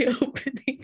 opening